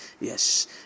Yes